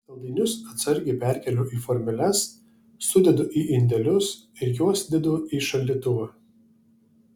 saldainius atsargiai perkeliu į formeles sudedu į indelius ir juos dedu į šaldytuvą